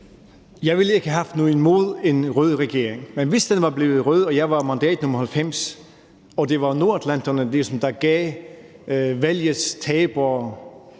Jeg ville ikke have haft noget imod en rød regering, men hvis den var blevet rød og jeg var blevet mandat nr. 90 og det var nordatlanterne, der ligesom gav valgets tabere